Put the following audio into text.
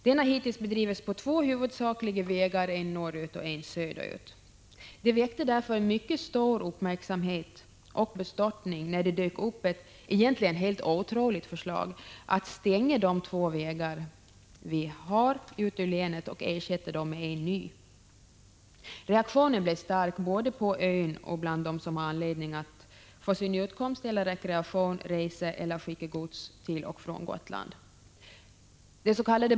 Den har hittills bedrivits på huvudsakligen två vägar: en norrut och en söderut. Det väckte därför mycket stor uppmärksamhet och bestörtning när det dök upp ett egentligen helt Prot. 1985/86:159 otroligt förslag om att man skulle stänga de två vägar vi har till och från länet 2 juni 1986 och ersätta dem med en ny. Reaktionen blev stark, både på ön och bland dem som har anledning att för sin utkomst eller rekreation resa eller skicka gods till och från Gotland.